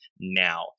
now